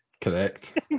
correct